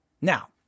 Now